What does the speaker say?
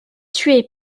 tué